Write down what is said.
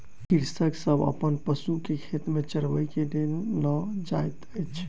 कृषक सभ अपन पशु के खेत में चरबै के लेल लअ जाइत अछि